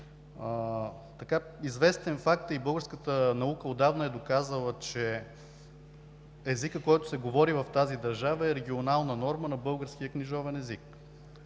Известен факт е и българската наука отдавна е доказала, че езикът, който се говори в тази държава, е регионална норма на българския книжовен език.